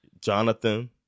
Jonathan